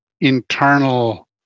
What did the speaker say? internal